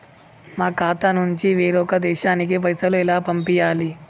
మా ఖాతా నుంచి వేరొక దేశానికి పైసలు ఎలా పంపియ్యాలి?